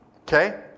okay